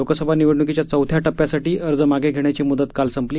लोकसभा निवडणुकीच्या चौथ्या टप्यासाठी अर्ज मागे घेण्याची मुदत काल संपली